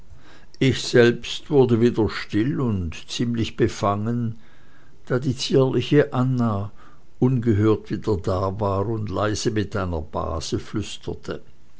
ich selbst wurde wieder still und ziemlich befangen da die zierliche anna ungehört wieder da war und leise mit einer base flüsterte